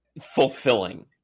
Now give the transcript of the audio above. fulfilling